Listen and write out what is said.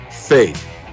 faith